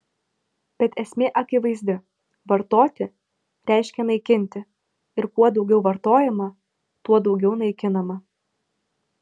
bet esmė akivaizdi vartoti reiškia naikinti ir kuo daugiau vartojama tuo daugiau naikinama